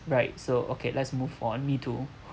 right so okay let's move on me too